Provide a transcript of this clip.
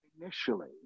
initially